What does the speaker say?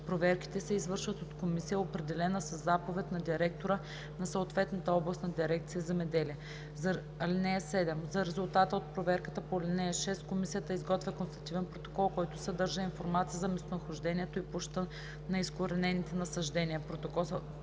Проверките се извършват от комисия, определена със заповед на директора на съответната областна дирекция „Земеделие“. (7) За резултата от проверката по ал. 6 комисията изготвя констативен протокол, който съдържа информация за местонахождението и площта на изкоренените насаждения.